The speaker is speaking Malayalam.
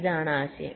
ഇതാണ് ആശയം